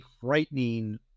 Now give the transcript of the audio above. frightening